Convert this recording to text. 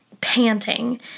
panting